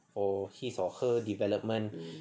or his or her development